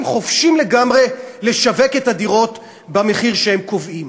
חופשיים לגמרי לשווק את הדירות במחיר שהם קובעים.